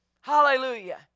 Hallelujah